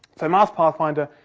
the mars pathfinder,